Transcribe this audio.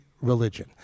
religion